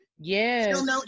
Yes